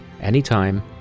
anytime